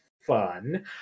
fun